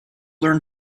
learn